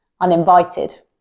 uninvited